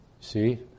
See